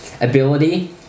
ability